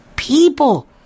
People